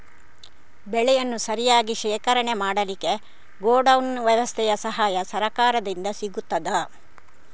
ಬೆಳೆಯನ್ನು ಸರಿಯಾಗಿ ಶೇಖರಣೆ ಮಾಡಲಿಕ್ಕೆ ಗೋಡೌನ್ ವ್ಯವಸ್ಥೆಯ ಸಹಾಯ ಸರಕಾರದಿಂದ ಸಿಗುತ್ತದಾ?